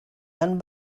han